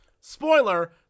Spoiler